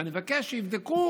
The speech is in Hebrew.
ואני מבקש שיבדקו